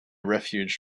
refuge